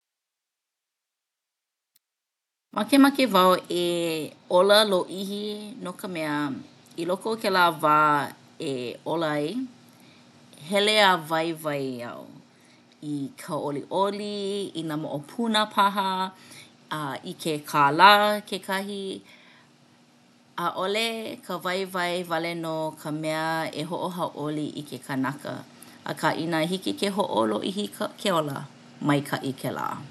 Makemake wau e ola lōʻihi no ka mea i loko o kēlā wā e ola ai hele a waiwai au i ka ʻoliʻoli i nā moʻopuna paha a i ke kālā kekahi. ʻAʻole ka waiwai wale nō ka mea e hoʻohauʻoli i ke kānaka. Akā inā hiki ke hoʻolōʻihi ke ola maikaʻi kēlā!